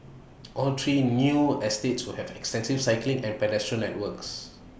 all three new estates will have extensive cycling and pedestrian networks